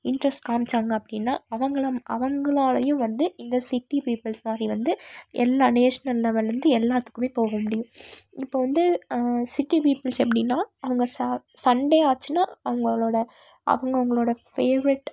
interest காமித்தாங்க அப்படின்னால் அவங்க அவங்களாலேயும் வந்து இந்த சிட்டி பீப்பிள்ஸ் மாதிரி வந்து எல்லா நேஷ்னல் லெவல்லிருந்து எல்லாத்துக்குமே போக முடியும் இப்போ வந்து சிட்டி பீப்பிள்ஸ் எப்படின்னா அவங்க ச சண்டே ஆச்சுன்னால் அவர்களோட அவங்கவங்களோட ஃபேவரட்